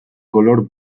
color